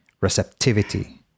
receptivity